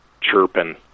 chirping